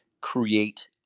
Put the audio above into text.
create